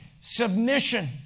Submission